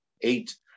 Eight